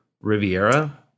Riviera